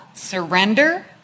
Surrender